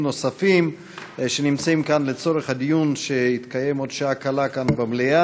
הארכת המועד להגשת תביעה לגמלה והתקופה שבעדה תשולם),